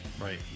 right